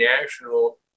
national